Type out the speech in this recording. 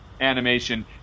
animation